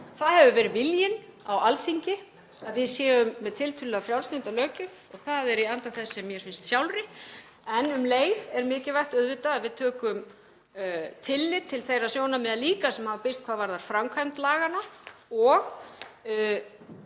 Það hefur verið viljinn á Alþingi að við séum með tiltölulega frjálslynda löggjöf og það er í anda þess sem mér finnst sjálfri en um leið er líka mikilvægt að við tökum tillit til þeirra sjónarmiða sem hafa birst hvað varðar framkvæmd laganna.